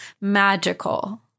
Magical